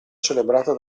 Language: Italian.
celebrata